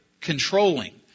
controlling